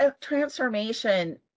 transformation